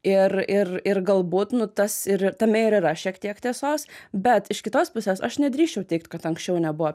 ir ir ir galbūt nu tas ir tame ir yra šiek tiek tiesos bet iš kitos pusės aš nedrįsčiau teigt kad anksčiau nebuvo